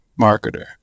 marketer